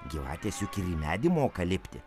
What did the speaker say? gyvatės juk ir į medį moka lipti